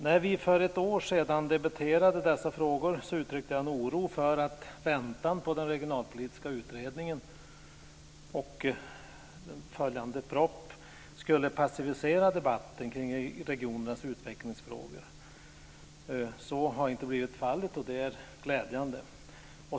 När vi för ett år sedan debuterade i dessa frågor uttryckte jag en oro för att väntan på den regionalpolitiska utredningen och efterföljande proposition skulle passivisera debatten kring regionernas utvecklingsfrågor. Så har inte blivit fallet, och det är glädjande.